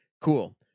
Cool